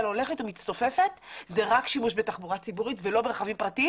שהולכת ומצטופפת הוא רק שימוש בתחבורה ציבורית ולא ברכבים פרטיים